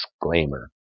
Disclaimer